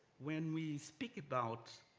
when we speak about